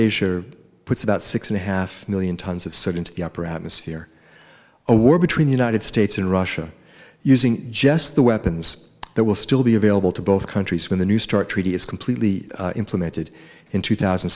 asia puts about six and a half million tons of said into the upper atmosphere a war between the united states and russia using just the weapons that will still be available to both countries when the new start treaty is completely implemented in two thousand